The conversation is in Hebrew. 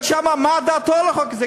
מה דעתו על החוק הזה.